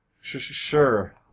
Sure